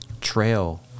trail